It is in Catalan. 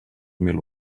mil